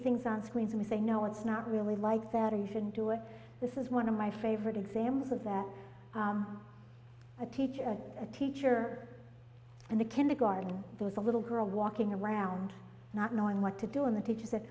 things on screens we say no it's not really like that or you shouldn't do it this is one of my favorite examples that a teacher a teacher and a kindergarten there's a little girl walking around not knowing what to do and the teacher